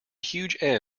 huge